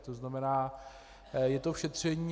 To znamená, je to v šetření.